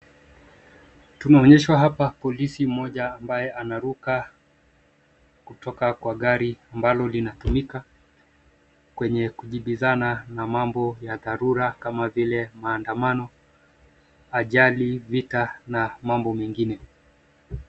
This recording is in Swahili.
Tunaonyeshwa hapa polisi mmoja ambaye anaruka kutoka kwa gari ambalo linatumika kwenye kujibizana na mambo ya dharura kama vile maandamano, ajali, vita na mambo mengine.